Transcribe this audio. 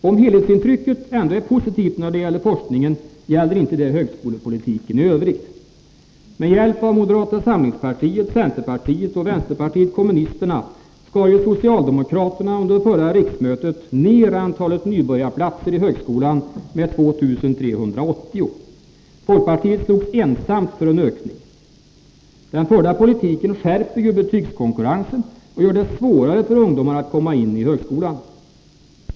Om helhetsintrycket ändå är positivt när det gäller forskningen, gäller detta inte för högskolepolitiken i övrigt. Med hjälp av moderata samlingspartiet, centerpartiet och vänsterpartiet kommunisterna skar ju socialdemokraterna under förra riksmötet ned antalet nybörjarplatser i högskolan med 2 380. Folkpartiet slogs ensamt för en ökning. En sådan politik skärper ju betygskonkurrensen och gör det svårare för ungdomar att komma in i högskolan.